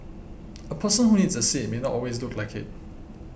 a person who needs a seat may not always look like it